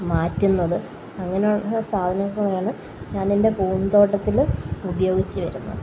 മാറ്റുന്നത് അങ്ങനെയുള്ള സാധനങ്ങളാണ് ഞാനെന്റെ പൂന്തോട്ടത്തില് ഉപയോഗിച്ചു വരുന്നത്